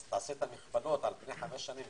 תעשה את המכפלות על פני חמש שנים,